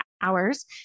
hours